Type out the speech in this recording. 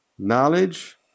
Knowledge